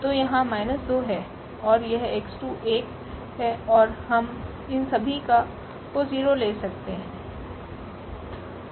तो यह−2 हैऔर यहx2 1 है और हम इन सभी को 0 ले सकते हैं